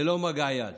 ללא מגע יד.